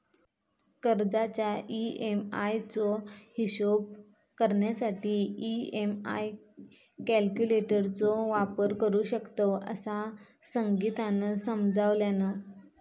कर्जाच्या ई.एम्.आई चो हिशोब करण्यासाठी ई.एम्.आई कॅल्क्युलेटर चो वापर करू शकतव, असा संगीतानं समजावल्यान